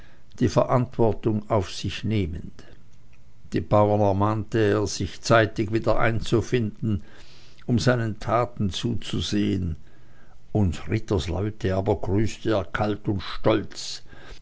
die verantwortung auf sich nehmend die bauern ermahnte er sich zeitig wieder einzufinden um seinen taten zuzusehen uns rittersleute aber grüßte er kalt und stolz